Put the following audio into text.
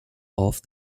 off